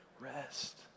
rest